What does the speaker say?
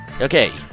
Okay